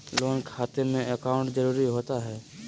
Loan खाते में account जरूरी होता है?